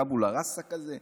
טבולה ראסה כזה,